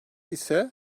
ise